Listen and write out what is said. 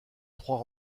trois